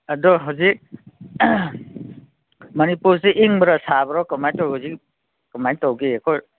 ꯑꯗꯣ ꯍꯧꯖꯤꯛ ꯃꯅꯤꯄꯨꯔꯁꯦ ꯏꯪꯕꯔꯣ ꯁꯥꯕꯔꯣ ꯀꯃꯥꯏꯅ ꯇꯧꯏ ꯍꯧꯖꯤꯛ ꯀꯃꯥꯏꯅ ꯇꯧꯒꯦ ꯑꯩꯈꯣꯏ